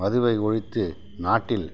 மதுவை ஒழித்து நாட்டில்